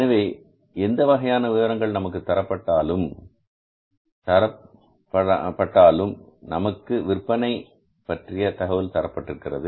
எனவே எந்த வகையான விவரங்கள் நமக்கு தரப்பட்ட ஆளும் தரப்பட்டாலும் நமக்கு விற்பனை பற்றிய தகவல் தரப்பட்டிருக்கிறது